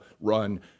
run